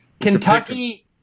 Kentucky